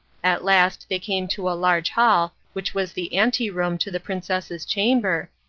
at last they came to a large hall which was the ante-room to the princess's chamber,